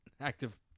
active